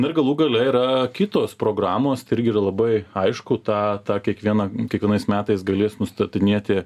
na ir galų gale yra kitos programos tai irgi yra labai aišku tą tą kiekviena kiekvienais metais galės nustatinėti